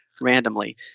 randomly